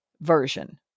version